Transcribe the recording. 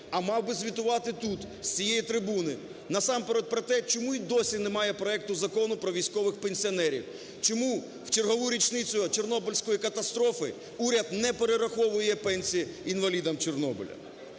а мав би звітувати тут з цієї трибуни насамперед про те, чому й досі немає проекту Закону про військових пенсіонерів, чому в чергову річницю Чорнобильської катастрофи уряд не перераховує пенсій інвалідам Чорнобиля.